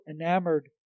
enamored